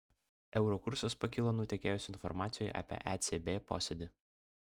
euro kursas pakilo nutekėjus informacijai apie ecb posėdį